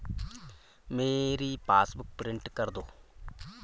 मेरी passbook print कर दो